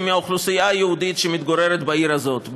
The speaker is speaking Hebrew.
מהאוכלוסייה היהודית שמתגוררת בעיר הזאת.